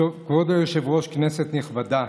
כבוד היושב-ראש, כנסת נכבדה,